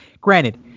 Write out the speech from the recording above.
Granted